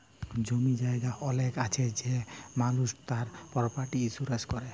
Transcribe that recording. জমি জায়গা অলেক আছে সে মালুসট তার পরপার্টি ইলসুরেলস ক্যরে